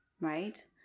right